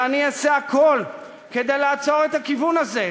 ואני אעשה הכול כדי לעצור את הכיוון הזה,